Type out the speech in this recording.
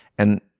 and,